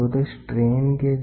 તો તે આપણે કેવી રીતે કરી શકીએ